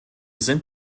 sind